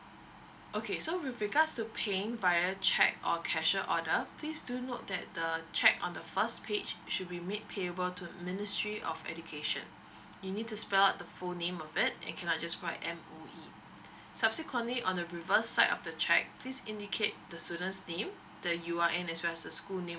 okay so with regards to paying via cheque or cashier order please do note that the cheque on the first page should be made payable to ministry of education you need to spell out the full name of it and cannot just write M_O_E subsequently on the reverse side of the cheque please indicate the student's name the UIN as well as the school name